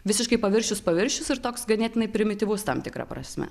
visiškai paviršius paviršius ir toks ganėtinai primityvus tam tikra prasme